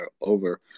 over